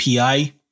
API